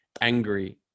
angry